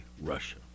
Russia